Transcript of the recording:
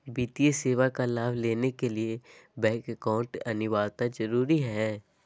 वित्तीय सेवा का लाभ लेने के लिए बैंक अकाउंट अनिवार्यता जरूरी है?